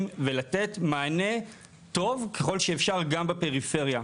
ולתת מענה טוב ככל שאפשר גם בפריפריה.